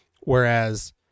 Whereas